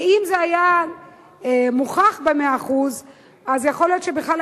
כי אם זה היה מוכח ב-100% אז יכול להיות שבכלל